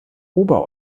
ober